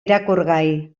irakurgai